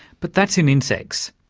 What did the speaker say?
but that's in insects.